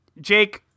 Jake